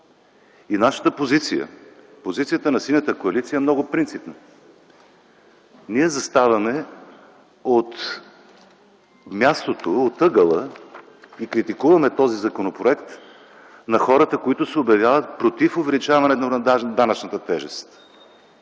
Нашата позиция, позицията на Синята коалиция, е много принципна - ние заставаме от мястото, от ъгъла и критикуваме този законопроект на хората, които се обявяват против увеличаването на данъчната тежест.